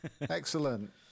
Excellent